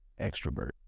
Extrovert